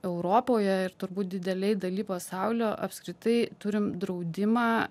europoje ir turbūt didelėj daly pasaulio apskritai turim draudimą